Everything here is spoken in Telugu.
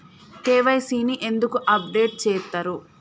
కే.వై.సీ ని ఎందుకు అప్డేట్ చేత్తరు?